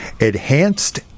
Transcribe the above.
enhanced